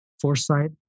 foresight